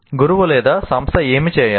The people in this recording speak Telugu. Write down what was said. గురువు లేదా సంస్థ ఏమి చేయాలి